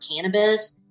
cannabis